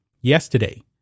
yesterday